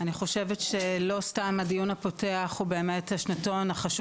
אני חושבת שלא סתם הדיון הפותח הוא באמת השנתון החשוב